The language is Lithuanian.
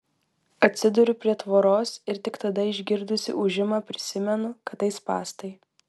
atsiduriu prie tvoros ir tik tada išgirdusi ūžimą prisimenu kad tai spąstai